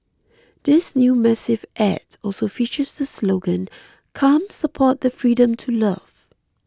this new massive add also features the slogan come support the freedom to love